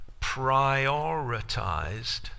Prioritized